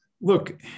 look